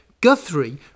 Guthrie